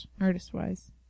Artist-wise